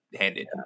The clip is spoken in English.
handed